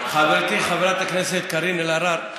חברתי חברת הכנסת קארין אלהרר,